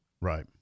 Right